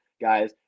guys